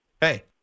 Hey